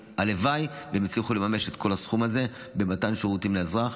הלוואי שהן יצליחו לממש את כל הסכום הזה במתן שירותים לאזרח.